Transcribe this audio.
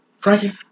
Frankie